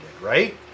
Right